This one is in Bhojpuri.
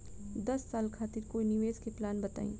दस साल खातिर कोई निवेश के प्लान बताई?